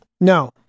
no